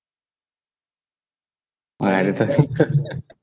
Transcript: ah